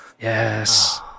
yes